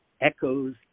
echoes